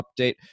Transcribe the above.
update